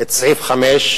את סעיף 5,